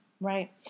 Right